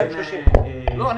230. לא.